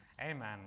Amen